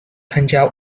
参加